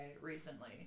recently